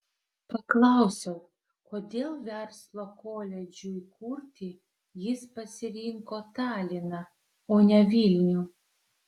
paklausiau kodėl verslo koledžui kurti jis pasirinko taliną o ne vilnių